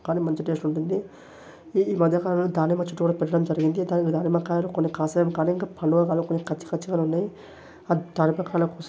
కాని మంచి టేస్ట్ ఉంటుంది ఈ మధ్య కాలంలో దానిమ్మ చెట్టు కూడా పెట్టడం జరిగింది దానిమ్మ కాయలు కొన్ని కాసాయి కాని ఇంకా పండు కాలేదు కాని ఇంకా కచ్చి కచ్చిగానే ఉన్నాయి